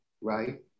right